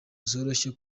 zoroshye